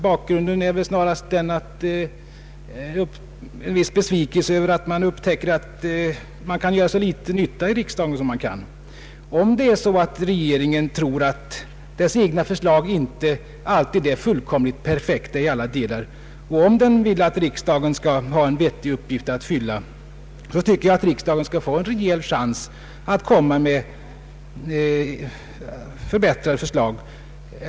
Bakgrunden är snarare en viss besvikelse över upptäckten att man kan göra så litet nytta i riksdagen. Om regeringen tror att dess egna förslag inte alltid är fullständigt perfekta i alla delar och om den vill att riksdagen skall ha en vettig uppgift att fylla, tycker jag att riksdagens ledamöter skall få en rejäl chans att komma med förbättrade förslag.